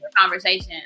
conversation